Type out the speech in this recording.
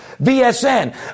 VSN